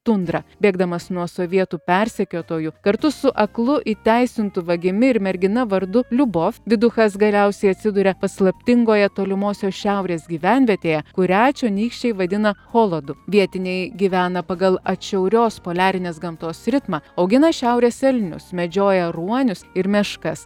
tundrą bėgdamas nuo sovietų persekiotojų kartu su aklu įteisintu vagimi ir mergina vardu liubof viduchas galiausiai atsiduria paslaptingoje tolimosios šiaurės gyvenvietėje kurią čionykščiai vadina cholodu vietiniai gyvena pagal atšiaurios poliarinės gamtos ritmą augina šiaurės elnius medžioja ruonius ir meškas